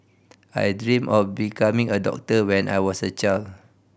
I dreamt of becoming a doctor when I was a child